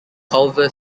culver